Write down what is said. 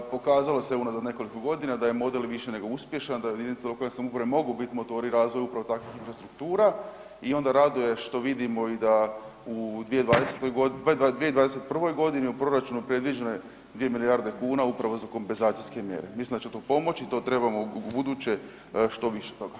Pokazalo se unazad nekoliko godina da je model i više nego uspješan, da jedinice lokalne samouprave mogu biti motori razvoja upravo takvih infrastruktura i onda rade i što vidimo da i u 2020. g., 2021. g. u proračunu predviđeno je 2 milijarde kuna upravo za kompenzacijske mjere, mislim da će to pomoći i to trebamo ubuduće što više toga.